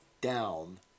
down